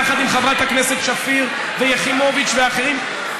יחד עם חברת הכנסת שפיר ויחימוביץ ואחרים,